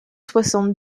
soixante